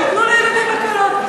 שייתנו לילדים הקלות.